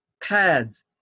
pads